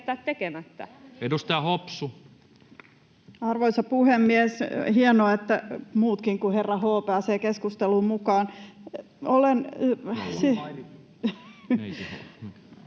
edustaja Hopsu. Arvoisa puhemies! Hienoa, että muutkin kuin herra H pääsevät keskusteluun mukaan.